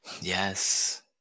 yes